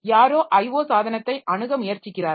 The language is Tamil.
யாரோ IO சாதனத்தை அணுக முயற்சிக்கிறார்கள்